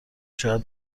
شاید